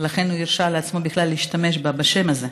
ולכן הוא הרשה לעצמו בכלל להשתמש בשם הזה.